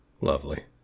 Lovely